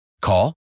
Call